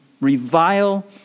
revile